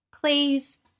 Please